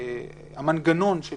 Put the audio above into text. המנגנון של